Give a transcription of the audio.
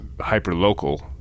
hyper-local